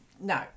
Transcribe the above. no